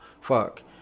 fuck